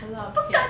a lot of hate